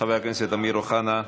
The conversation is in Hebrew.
חבר הכנסת אמיר אוחנה,